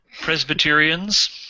Presbyterians